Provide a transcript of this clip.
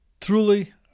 truly